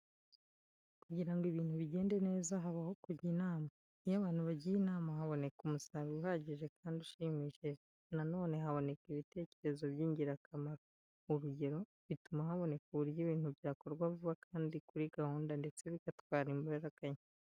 Kugira ngo ibintu bigende neza, habaho kujya inama. Iyo abantu bagiye inama haboneka umusaruro uhagije kandi ushimishije, nanone haboneka ibitekerezo by'ingirakamaro. Urugero, bituma haboneka uburyo ibintu byakorwa vuba kandi kuri gahunda ndetse bigatwara n'imbaraga nke.